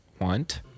want